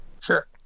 Sure